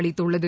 அளித்துள்ளது